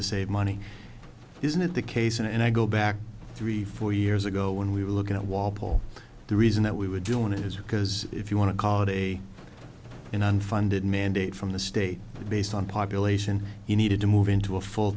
to save money isn't it the case and i go back three four years ago when we were looking at walpole the reason that we were doing it is because if you want to call it a an unfunded mandate from the state based on population you needed to move into a full